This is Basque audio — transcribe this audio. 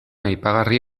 aipagarri